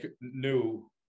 new